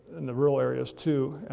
in the rural areas, too.